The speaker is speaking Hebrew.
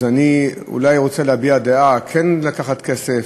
אז אני אולי רוצה להביע דעה: כן לקחת כסף,